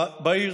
בעיר,